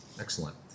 Excellent